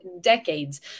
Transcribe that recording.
decades